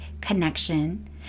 connection